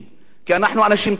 כי אנחנו אנשים טובים,